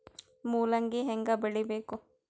ಮೂಲಂಗಿ ಹ್ಯಾಂಗ ಬೆಳಿಬೇಕು?